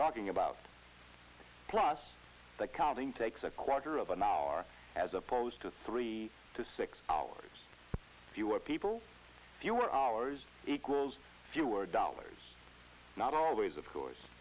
talking about plus accounting takes a quarter of an hour as opposed to three to six hours fewer people fewer hours equals fewer dollars not always of course